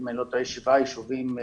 יש שבעה ישובים,